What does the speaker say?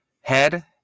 Head